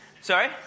Sorry